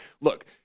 look